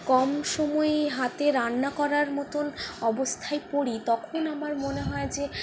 কম সময়ে হাতে রান্না করার মতোন অবস্থায় পড়ি তখন আমার মনে হয় যে